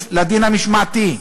כפופה לדין המשמעתי,